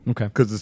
Okay